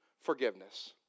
Forgiveness